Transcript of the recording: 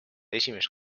esimest